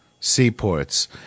seaports